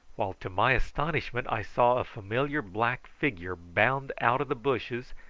while, to my astonishment i saw a familiar black figure bound out of the bushes,